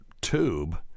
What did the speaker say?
tube